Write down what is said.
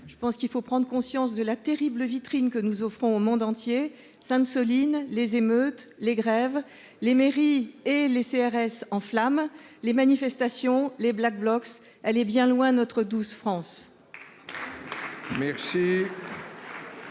Je pense qu'il faut prendre conscience de la terrible vitrine que nous offrons au monde entier, ça ne Soline les émeutes, les grèves, les mairies et les CRS en flammes, les manifestations, les Black blocs s'elle est bien loin notre douce France.